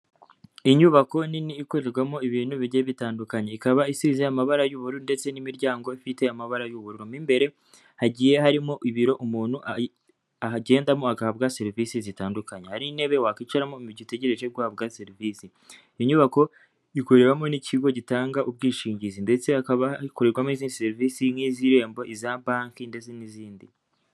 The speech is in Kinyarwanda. Inyubako nini ikorerwamo ibintu bigiye bitandukanye. Ikaba isize amabara y'uburu ndetse n'imiryango ifite amabara y'ubururu. Mo imbere hagiye harimo ibiro umuntu agendamo agahabwa serivisi zitandukanye. Hari intebe wakwicaramo mu gihe utegereje guhabwa serivisi. Iyi nyubako ikorewemo n'ikigo gitanga ubwishingizi ndetse hakaba hakorerwamo izindi serivisi nk'iz'irembo, iza banki ndetse n'izindi.